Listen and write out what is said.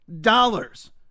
dollars